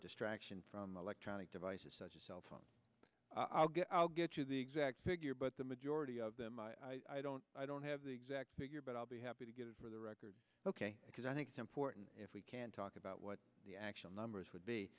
distraction from electronic devices such as cell phone i'll get i'll get you the exact figure but the majority of them i don't i don't have the exact figure but i'll be happy to get it for the record ok because i think it's important if we can talk about what the actual numbers would be